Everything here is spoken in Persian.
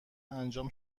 انجام